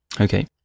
Okay